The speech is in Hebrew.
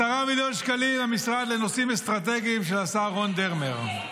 10 מיליון שקלים למשרד לנושאים אסטרטגיים של השר רון דרמר,